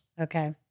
Okay